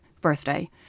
birthday